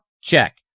check